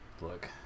look